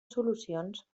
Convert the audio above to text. solucions